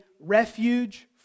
refuge